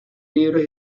libros